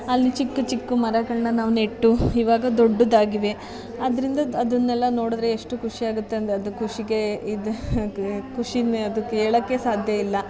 ಅಲ್ಲಿ ಚಿಕ್ಕ ಚಿಕ್ಕ ಮರಗಳನ್ನು ನಾವು ನೆಟ್ಟು ಇವಾಗ ದೊಡ್ಡದಾಗಿವೆ ಅದರಿಂದ ಅದುನ್ನೆಲ್ಲ ನೋಡಿದ್ರೆ ಎಷ್ಟು ಖುಷಿ ಆಗುತ್ತೆ ಅಂದರೆ ಅದು ಖುಷಿಗೆ ಇದು ಖುಷಿಯೇ ಅದಕ್ಕೆ ಹೇಳೋಕೇ ಸಾಧ್ಯವಿಲ್ಲ